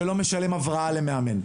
שלא משלם הבראה למאמן,